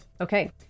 okay